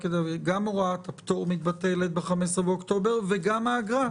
גם הוראת הפטור מתבטלת ב-15 באוקטובר, וגם האגרה.